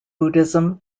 buddhism